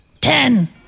Ten